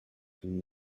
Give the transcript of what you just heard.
and